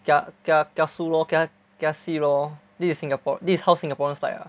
kia~ kia~ kiasu lor kiasi lor this is Singapore this how Singaporeans like ah